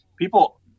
people